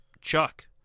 Chuck